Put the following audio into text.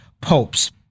popes